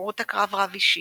בתחרות הקרב-רב אישי,